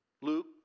Luke